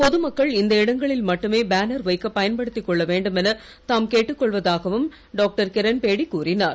பொதுமக்கள் இந்த இடங்களில் மட்டுமே பேனர் வைக்கப் பயன்படுத்திக் கொள்ள வேண்டுமென தாம் கேட்டுக்கொள்வதாகவும் டாக்டர் கிரண்பேடி கூறிஞர்